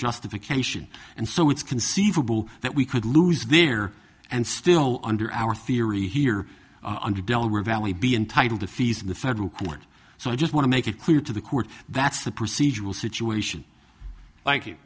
justification and so it's conceivable that we could lose there and still under our theory here on the delaware valley be entitled to fees in the federal court so i just want to make it clear to the court that's the procedural situation like